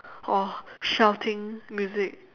oh shouting music